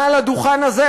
מעל הדוכן הזה,